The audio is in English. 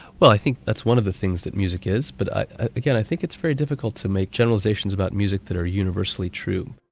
well i think that's one of the things that music is but again i think it's very difficult to make generalisations about music that are universally true.